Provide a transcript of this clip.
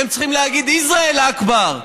אתם צריכים להגיד איזראל אכבר,